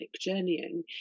journeying